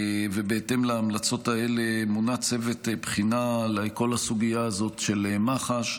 בהתאם להמלצות האלה מונה צוות בחינה לכל הסוגיה הזאת של מח"ש,